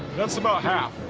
that's about half.